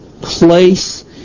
place